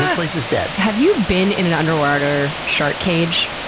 this place is dead! have you been in an underwater shark cage?